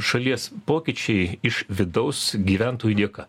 šalies pokyčiai iš vidaus gyventojų dėka